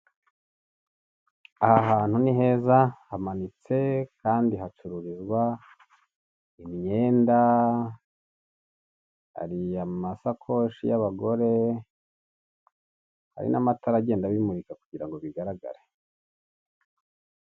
Aha hantu ni heza hamanitse kandi hacururizwa imyenda, hari amasakoshi y'abagore. hari n'amatara agenda abimurika kugira ngo bigaragare.